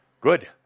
Good